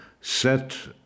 set